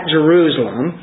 Jerusalem